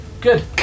Good